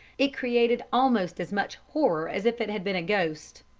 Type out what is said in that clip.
it created almost as much horror as if it had been a ghost.